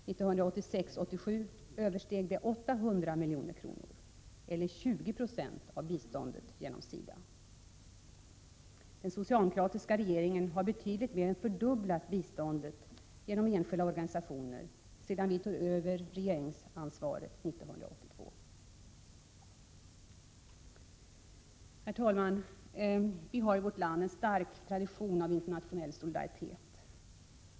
1986/87 översteg biståndet 800 milj.kr., eller 20 90 av biståndet genom SIDA. Den socialdemokratiska regeringen har betydligt mer än fördubblat biståndet genom enskilda organisationer sedan den tog över regeringsansvaret 1982. Herr talman! Vi i vårt land har en stark tradition av internationell solidaritet.